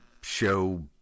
Show